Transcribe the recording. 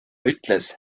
ütles